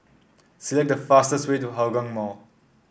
select the fastest way to Hougang Mall